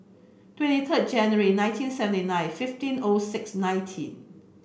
twenty third January nineteen seventy nine fifteen O six nineteen